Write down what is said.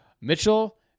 Mitchell